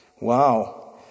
wow